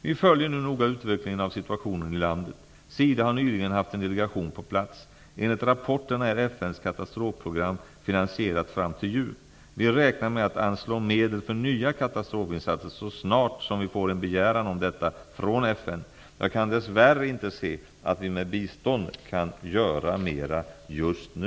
Vi följer nu noga utvecklingen av situationen i landet. SIDA har nyligen haft en delegation på plats. Enligt rapporterna är FN:s katastrofprogram finansierat fram till jul. Vi räknar med att anslå medel för nya katastrofinsatser så snart som vi får en begäran om detta från FN. Jag kan dess värre inte se att vi med bistånd kan göra mera just nu.